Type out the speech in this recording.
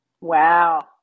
Wow